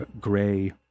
gray